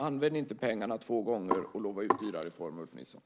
Använd inte pengarna två gånger och lova ut dyra reformer, Ulf Nilsson!